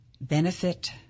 benefit